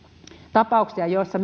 tapauksia joissa